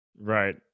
Right